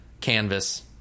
canvas